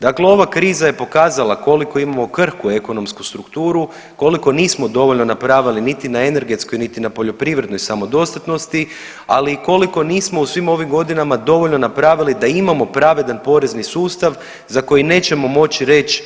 Dakle ova kriza je pokazala koliko imamo krhku ekonomsku strukturu, koliko nismo dovoljno napravili niti na energetskoj niti na poljoprivrednoj samodostatnosti, ali i koliko nismo u svim ovim godinama dovoljno napravili da imamo pravedan porezni sustav za koji nećemo moći reći